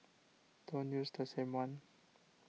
don't use the same one